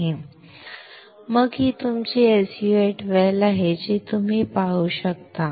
आणि मग ही तुमची SU 8 वेल आहे जी तुम्ही पाहू शकता